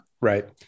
Right